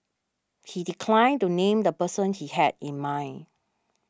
he declined to name the person he had in mind